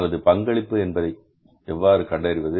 அல்லது பங்களிப்பு என்பதை எவ்வாறு கண்டறிவது